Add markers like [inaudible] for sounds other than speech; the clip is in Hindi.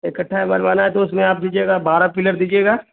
एक [unintelligible] है तो उसमें आप दीजिएगा बारह पिलर दीजिएगा